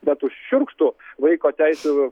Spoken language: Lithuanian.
bet už šiurkštų vaiko teisių